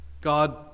God